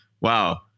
Wow